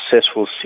successful